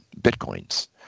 Bitcoins